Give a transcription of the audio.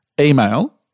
email